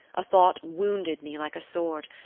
a thought wounded me like a sword,